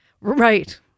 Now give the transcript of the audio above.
right